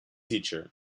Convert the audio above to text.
teacher